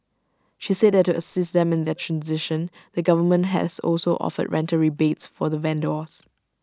she said that to assist them in their transition the government has also offered rental rebates for the vendors